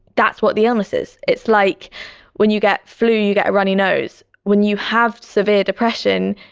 that's what the illness is. it's like when you get flu, you get a runny nose. when you have severe depression,